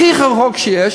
הכי רחוק שיש,